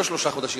לא שלושה חודשים,